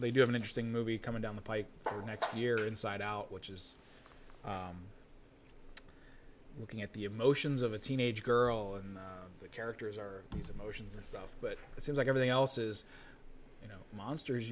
they do have an interesting movie coming down the pike for next year inside out which is looking at the emotions of a teenage girl and the characters are these emotions and stuff but it seems like everything else is you know monsters